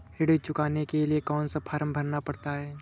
ऋण चुकाने के लिए कौन सा फॉर्म भरना पड़ता है?